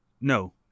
no